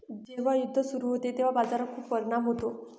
जेव्हा युद्ध सुरू होते तेव्हा बाजारावर खूप परिणाम होतो